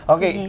Okay